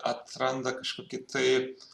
atranda kažką kitaip